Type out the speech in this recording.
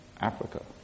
Africa